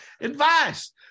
advice